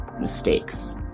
mistakes